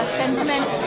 sentiment